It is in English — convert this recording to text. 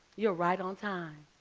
you're right on time.